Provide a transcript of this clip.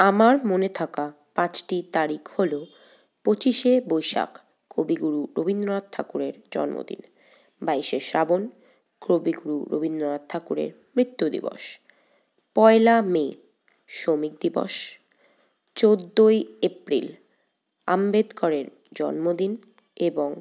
আমার মনে থাকা পাঁচটি তারিখ হল পঁচিশে বৈশাখ কবিগুরু রবীন্দ্রনাথ ঠাকুরের জন্মদিন বাইশে শ্রাবণ কবিগুরু রবীন্দ্রনাথ ঠাকুরের মৃত্যু দিবস পয়লা মে শ্রমিক দিবস চোদ্দই এপ্রিল আম্বেদকরের জন্মদিন এবং